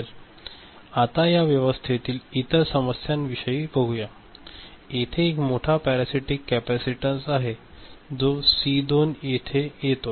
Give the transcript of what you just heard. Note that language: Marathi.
आता या व्यवस्थेतील इतर समस्यांविषयी बघूया येथे एक मोठा पॅरासिटिककॅपेसिटन्स आहे जो सी 2 येथे येतो